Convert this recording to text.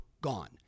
gone